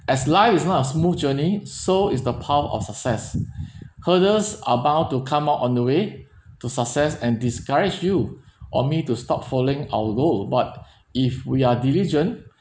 as life is not a smooth journey so is the power of success hurdles are bound to come out on the way to success and discourage you or me to stop following our goal but if we are diligent